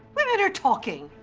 women are talking!